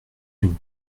d’une